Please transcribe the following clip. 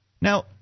Now